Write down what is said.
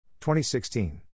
2016